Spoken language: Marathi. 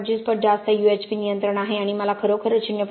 25 पट जास्त UHP नियंत्रण आहे आणि मला खरोखर 0